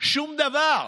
שום דבר.